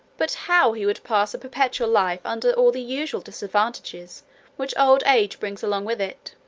but how he would pass a perpetual life under all the usual disadvantages which old age brings along with it.